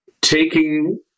taking